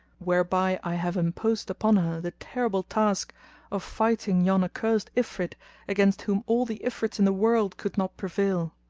whereby i have imposed upon her the terrible task of fighting yon accursed ifrit against whom all the ifrits in the world could not prevail.